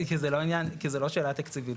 כי זו לא שאלה תקציבית.